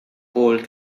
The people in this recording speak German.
bowl